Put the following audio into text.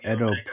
Edo